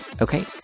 okay